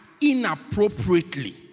inappropriately